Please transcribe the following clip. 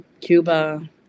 Cuba